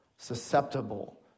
susceptible